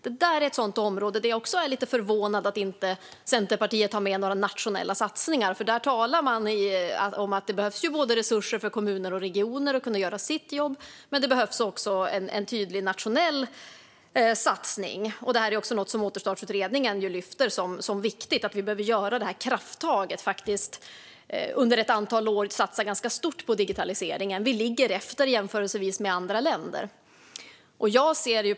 Det är ett sådant område där jag också är lite förvånad över att Centerpartiet inte har med några nationella satsningar. Man talar ju om att det både behövs resurser för att kommuner och regioner ska kunna göra sitt jobb och en tydlig nationell satsning. Det här är också något som Återstartsutredningen lyfter fram som viktigt. Vi behöver ta detta krafttag under ett antal år och satsa ganska stort på digitaliseringen, för Sverige ligger efter jämfört med andra länder.